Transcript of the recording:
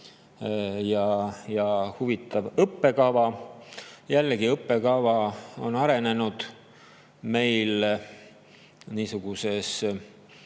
ja huvitav õppekava. Jällegi, õppekava on arenenud meil niisuguses